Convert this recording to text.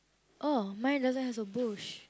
oh mine doesn't has a bush